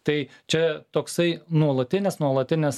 tai čia toksai nuolatinis nuolatinis